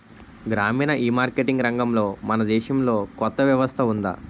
గ్రామీణ ఈమార్కెటింగ్ రంగంలో మన దేశంలో కొత్త వ్యవస్థ ఉందా?